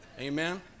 Amen